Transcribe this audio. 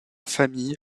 famille